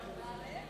תומכים.